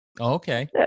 Okay